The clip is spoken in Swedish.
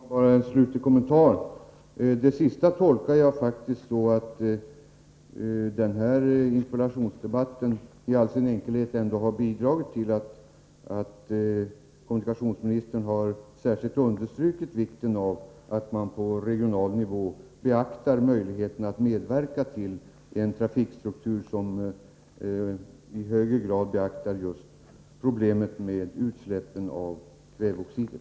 Herr talman! Bara en slutlig kommentar. Det sista jordbruksministern sade tolkar jag faktiskt så att den här interpellationsdebatten i all sin enkelhet bidragit till att jordbruksministern särskilt understrukit vikten av att man på regional nivå undersöker möjligheterna till en trafikstruktur som i högre grad beaktar just problemen med kväveoxidutsläppen.